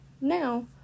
now